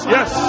Yes